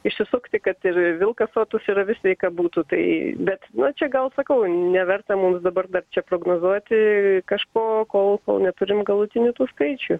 išsisukti kad ir vilkas sotus ir avis sveika būtų tai bet nu čia gal sakau neverta mums dabar dar čia prognozuoti kažko kol kol neturim galutinių tų skaičių